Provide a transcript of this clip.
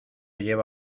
lleva